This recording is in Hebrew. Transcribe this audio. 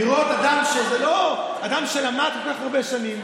לראות אדם שלמד כל כך הרבה שנים,